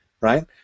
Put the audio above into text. right